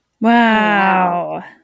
Wow